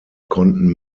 konnten